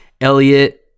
Elliot